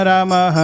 Rama